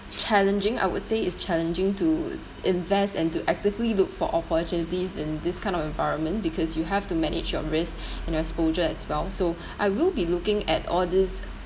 challenging I would say it's challenging to invest and to actively look for opportunities in this kind of environment because you have to manage your risk and your exposure as well so I will be looking at all these